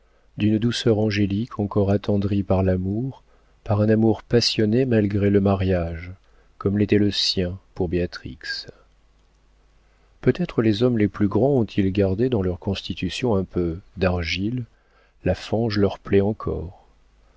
d'une douceur angélique encore attendrie par l'amour par un amour passionné malgré le mariage comme l'était le sien pour béatrix peut-être les hommes les plus grands ont-ils gardé dans leur constitution un peu d'argile la fange leur plaît encore